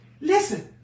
Listen